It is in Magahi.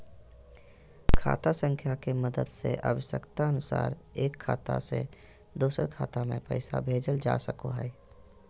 खाता संख्या के मदद से आवश्यकता अनुसार एक खाता से दोसर खाता मे पैसा भेजल जा सको हय